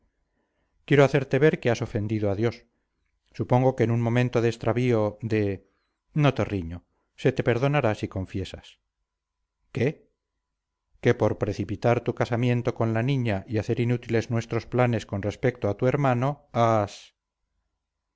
quiero hacerte ver que has ofendido a dios supongo que en un momento de extravío de no te riño se te perdonará si confiesas qué que por precipitar tu casamiento con la niña y hacer inútiles nuestros planes con respecto a tu hermano has